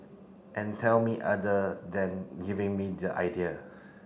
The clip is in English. and tell me other than giving me the idea